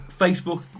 Facebook